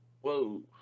Whoa